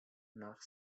nach